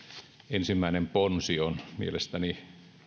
ensimmäinen ponsi on mielestäni